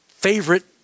favorite